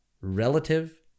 relative